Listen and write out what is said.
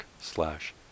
slash